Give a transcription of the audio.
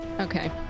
Okay